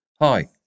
hi